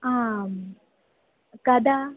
आं कदा